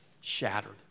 shattered